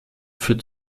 führt